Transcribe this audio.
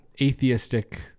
atheistic